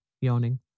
yawning